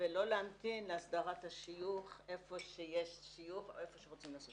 ולא להמתין להסדרת השיוך איפה שיש שיוך או איפה שרוצים לעשות שיוך.